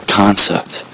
concept